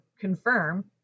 confirm